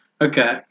Okay